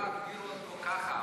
מגדיר אותו ככה.